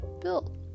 built